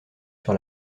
sur